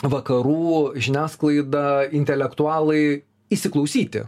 vakarų žiniasklaida intelektualai įsiklausyti